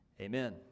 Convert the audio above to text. amen